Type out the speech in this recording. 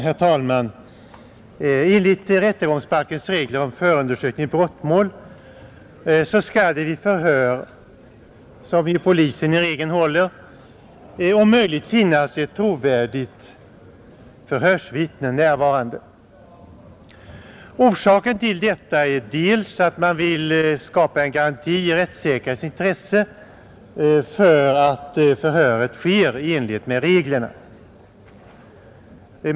Herr talman! Enligt rättegångsbalkens regler om förundersökning i brottmål skall det vid förhör, som polisen håller, om möjligt finnas ett trovärdigt förhörsvittne närvarande. Orsaken till detta är bl.a. att man vill skapa en garanti i rättssäkerhetens intresse för att förhöret sker i enlighet med reglerna.